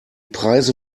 preise